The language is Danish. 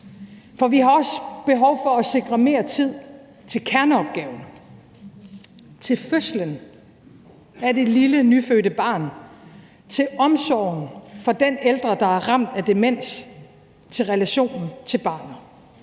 for vi har også behov for at sikre mere tid til kerneopgaven, til fødslen af det lille nyfødte barn, til omsorgen for den ældre, der er ramt af demens; til relationen, til barnet.